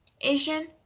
asian